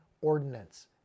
ordinance